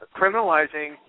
criminalizing